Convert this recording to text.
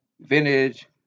vintage